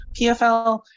PFL